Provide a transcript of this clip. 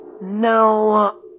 No